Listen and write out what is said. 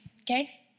okay